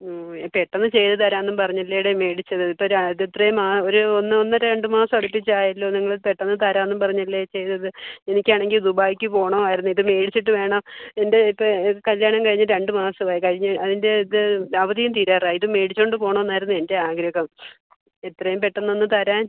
പെട്ടെന്ന് ചെയ്ത് തരാമെന്നും പറഞ്ഞല്ലേഡേ മേടിച്ചത് ഇപ്പോൾ ഇതിത്രയും ആ ഒരു ഒന്നൊന്നര രണ്ട് മാസമടുപ്പിച്ചായല്ലോ നിങ്ങൾ പെട്ടെന്ന് തരാന്നും പറഞ്ഞല്ലേ ചെയ്തത് എനിക്കാണെങ്കിൽ ദുബായ്ക്ക് പോവണമായിരുന്നു ഇത് മേടിച്ചിട്ട് വേണം എൻ്റെ ഇപ്പോൾ ഇത് കല്ല്യാണം കഴിഞ്ഞ് രണ്ട് മാസമായി കഴിഞ്ഞ് അതിൻ്റെ ഇത് അവധിയും തീരാറായി ഇത് മേടിച്ചുകൊണ്ട് പോവണമെന്നായിരുന്നു എൻ്റെ ആഗ്രഹം എത്രയും പെട്ടന്നൊന്ന് തരാൻ